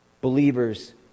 believers